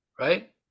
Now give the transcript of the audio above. right